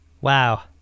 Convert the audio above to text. Wow